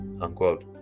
unquote